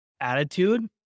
attitude